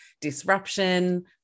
disruption